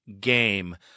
game